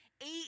eight